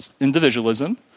individualism